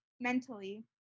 mentally